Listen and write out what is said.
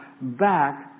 back